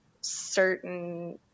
certain